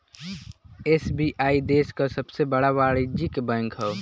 SBI देश क सबसे बड़ा वाणिज्यिक बैंक हौ